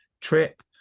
trip